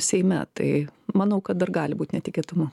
seime tai manau kad dar gali būt netikėtumų